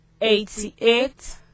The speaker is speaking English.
eighty-eight